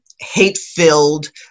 hate-filled